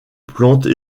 plantes